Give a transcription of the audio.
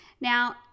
Now